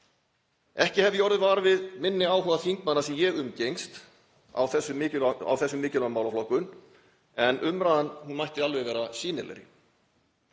Ekki hef ég orðið var við minni áhuga þingmanna sem ég umgengst á þessum mikilvægu málaflokkum en umræðan mætti alveg vera sýnilegri.